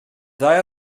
ddau